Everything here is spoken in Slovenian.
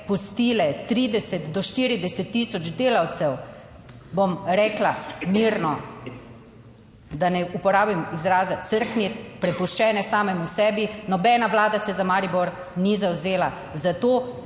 pustile 30 do 40 tisoč delavcev, bom rekla, mirno, da ne uporabim izraza crkniti, prepuščene samemu sebi, nobena vlada se za Maribor ni zavzela, zato